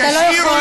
אתה לא יכול.